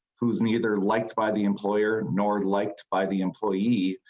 who's neither liked by the employer nor liked by the employee.